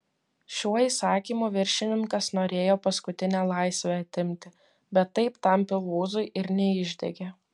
šiuo įsakymu viršininkas norėjo paskutinę laisvę atimti bet taip tam pilvūzui ir neišdegė